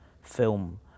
film